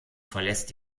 verlässt